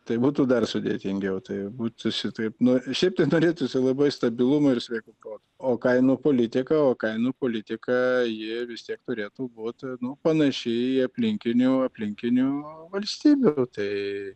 tai būtų dar sudėtingiau tai būtų šitaip nu šiaip tai norėtųsi labai stabilumo ir sveiko proto o kainų politika o kainų politika ji vis tiek turėtų būt nu panaši į aplinkinių aplinkinių valstybių tai